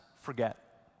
forget